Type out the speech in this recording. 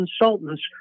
consultants